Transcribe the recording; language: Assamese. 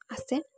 আছে